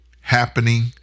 happening